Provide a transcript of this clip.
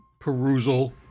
perusal